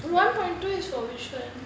one point two is for which [one]